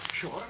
Sure